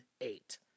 eight